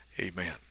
amen